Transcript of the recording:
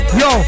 yo